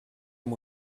amb